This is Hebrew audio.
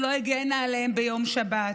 שלא הגנה עליהם ביום שבת.